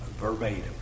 verbatim